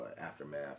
Aftermath